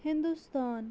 Hindustan